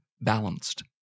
balanced